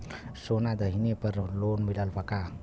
सोना दहिले पर लोन मिलल का?